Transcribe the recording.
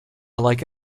like